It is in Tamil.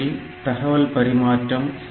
இந்த ரேட்டில் தகவல் பரிமாற்றம் செயல்படும்